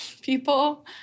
people